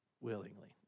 Willingly